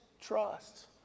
trust